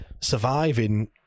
surviving